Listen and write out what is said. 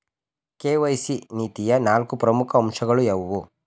KYC ನೀತಿಯ ನಾಲ್ಕು ಪ್ರಮುಖ ಅಂಶಗಳು ಯಾವುವು?